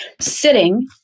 sitting